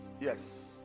Yes